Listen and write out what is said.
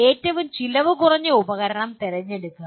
ഏറ്റവും ചെലവു കുറഞ്ഞ ഉപകരണം തിരഞ്ഞെടുക്കുക